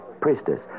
priestess